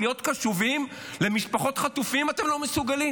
להיות קשובים למשפחות חטופים אתם לא מסוגלים?